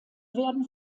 werden